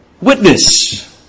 witness